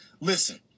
Listen